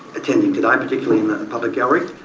attending today, particularly in the public gallery,